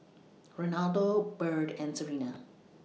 Renaldo Bird and Serena